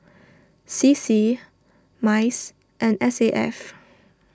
C C Mice and S A F